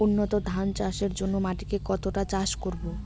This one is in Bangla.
উন্নত ধান চাষের জন্য মাটিকে কতটা চাষ করব?